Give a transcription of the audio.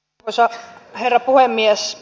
arvoisa herra puhemies